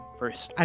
first